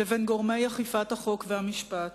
לבין גורמי אכיפת החוק והמשפט.